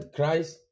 Christ